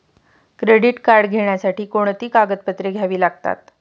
Credit card घेण्यासाठी कोणती कागदपत्रे घ्यावी लागतात?